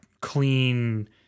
clean